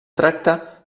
tracta